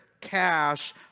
Cash